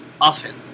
often